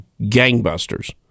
gangbusters